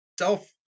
self